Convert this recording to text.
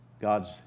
God's